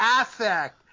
affect